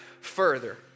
further